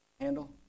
handle